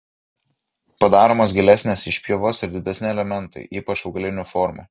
padaromos gilesnės išpjovos ir didesni elementai ypač augalinių formų